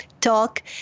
talk